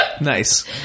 Nice